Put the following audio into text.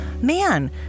man